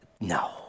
no